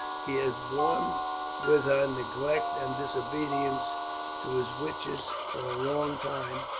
he has borne with her neglect and disobedience to his wishes for a long time,